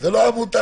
לא מונע